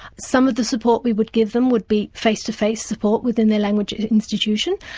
some of the support we would give them would be face-to-face support within their language institution.